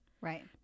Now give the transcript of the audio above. Right